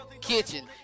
kitchen